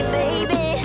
baby